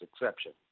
exception